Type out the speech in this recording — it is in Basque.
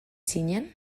zinen